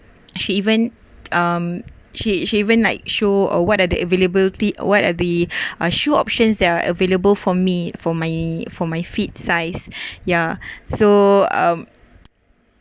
she even um she she even like show uh what are the availability or what are the uh shoe options that are available for me for my for my feet size yeah so um